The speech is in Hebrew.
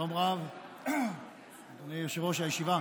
שלום רב, אדוני יושב-ראש הישיבה.